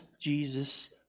Jesus